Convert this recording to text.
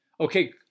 Okay